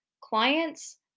clients